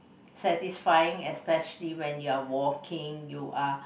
satisfying especially when you are walking you are